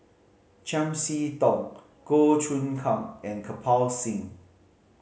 Chiam See Tong Goh Choon Kang and Kirpal Singh